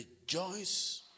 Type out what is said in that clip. rejoice